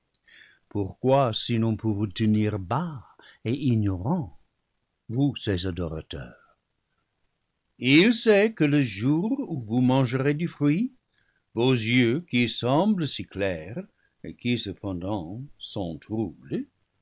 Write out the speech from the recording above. pourquoi sinon pour vous tenir bas et ignorants vous ses adorateurs il sait que le jour où vous mangerez du fruit vos yeux qui semblent si clairs et qui cependant sont troubles